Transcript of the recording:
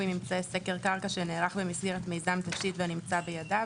ממצאי סקר קרקע שנערך במסגרת מיזם תשתית והנמצא בידיו,